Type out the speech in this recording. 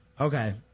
Okay